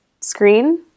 screen